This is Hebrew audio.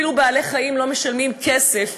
אפילו בעלי חיים לא משלמים כסף